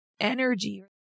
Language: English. energy